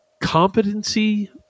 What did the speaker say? competency